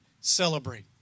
celebrate